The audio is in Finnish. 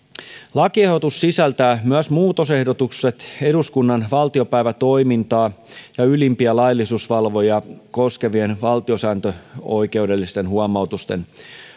lakiehdotus sisältää myös muutosehdotukset eduskunnan valtiopäivätoimintaa ja ylimpiä laillisuusvalvojia koskevien valtiosääntöoikeudellisten huomautusten